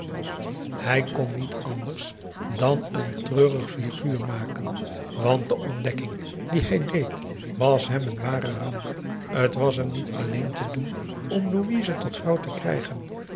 hij kon niet anders dan een treurig figuur maken want de ontdekking die hij deed was hem een ware ramp t was p a daum de van der lindens c s onder ps maurits hem niet alleen te doen om louise tot vrouw te krijgen